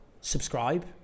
subscribe